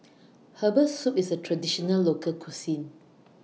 Herbal Soup IS A Traditional Local Cuisine